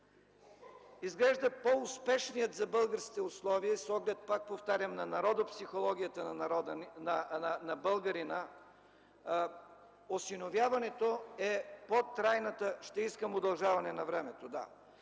Изглежда по-успешният за българските условия с оглед, пак повтарям, на народопсихологията на българина, осиновяването е по-трайната форма за решаване на този